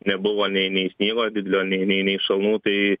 nebuvo nei nei sniego didelio nei nei nei šalnų tai